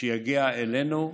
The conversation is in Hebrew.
שיגיע אלינו,